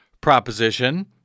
proposition